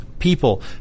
people